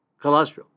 cholesterol